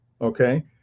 okay